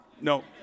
no